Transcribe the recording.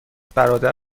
برادر